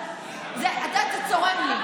זה צורם לי.